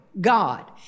God